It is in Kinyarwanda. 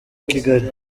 kigali